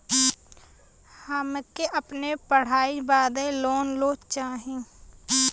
हमके अपने पढ़ाई बदे लोन लो चाही?